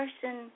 person